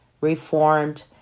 reformed